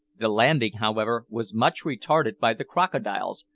the landing, however, was much retarded by the crocodiles,